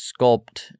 sculpt